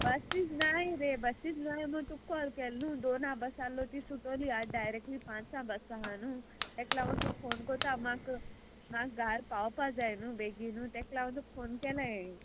बसीच नाय रे बसीच नाय म्हूण तुका कॉल केल् न्हू दोन हांव बस आहलो ती सुटोली आज डायरेक्टली पांच आहा बस आहा न्हू तेक लागोन तूं फोन कोता म्हाक म्हाक घार पावपा जाय न्हू बेगीन तेक लागोन तुका फोन केला हे